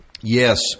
yes